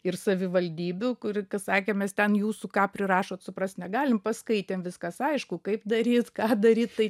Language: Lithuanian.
ir savivaldybių kur kas sakė mes ten jūsų ką prirašot suprast negalim paskaitėm viskas aišku kaip daryt ką daryt tai